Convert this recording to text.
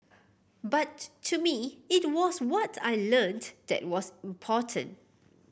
but to me it was what I learnt that was important